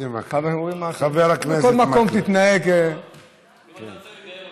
בכל מקום תתנהג, לגייר אותך.